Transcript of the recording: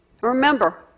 Remember